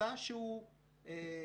נמצא שהוא נקי,